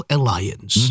Alliance